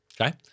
Okay